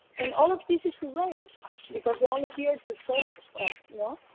and all of this is erased because they're only here to serve us, no.